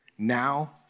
Now